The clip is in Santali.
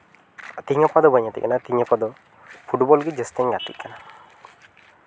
ᱛᱮᱦᱮᱧ ᱜᱟᱯᱟ ᱫᱚ ᱵᱟᱹᱧ ᱜᱟᱛᱮᱜ ᱠᱟᱱᱟ ᱛᱮᱦᱮᱧ ᱜᱟᱯᱟ ᱫᱚ ᱯᱷᱩᱴᱵᱚᱞ ᱜᱮ ᱡᱟᱹᱥᱛᱤᱧ ᱜᱟᱛᱮᱜ ᱠᱟᱱᱟ